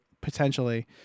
potentially